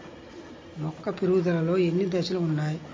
మొక్క పెరుగుదలలో ఎన్ని దశలు వున్నాయి?